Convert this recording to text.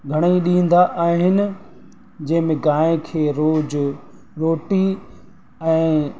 घणेई ॾींदा आहिनि जंहिं में गांइ खे रोज़ु रोटी ऐं